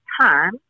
time